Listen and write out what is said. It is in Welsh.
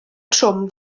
trwm